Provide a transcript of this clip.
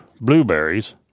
blueberries